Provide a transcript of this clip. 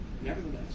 nevertheless